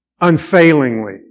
unfailingly